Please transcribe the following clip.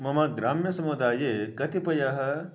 मम ग्राम्यसमुदाये कतिपयः